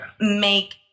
make